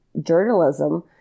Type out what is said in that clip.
journalism